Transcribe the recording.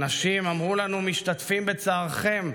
"אנשים אמרו לנו: משתתפים בצערכם",